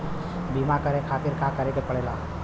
बीमा करे खातिर का करे के पड़ेला?